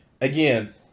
again